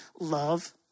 Love